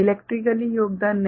electrically योगदान नहीं